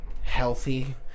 healthy